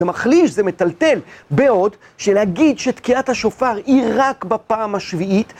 זה מחליש זה מטלטל בעוד שלהגיד שתקיעת השופר היא רק בפעם השביעית